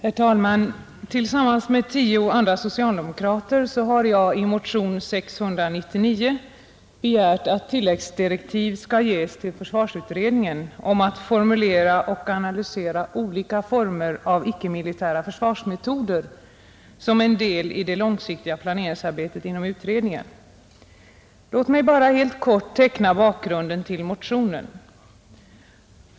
Herr talman! Tillsammans med tio andra socialdemokrater har jag i motion 699 begärt att tilläggsdirektiv skall ges till försvarsutredningen om att formulera och analysera olika former av icke-militära försvarsmetoder som en del i det långsiktiga planeringsarbetet inom utredningen. Låt mig bara helt kort teckna bakgrunden till motionen.